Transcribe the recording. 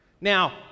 Now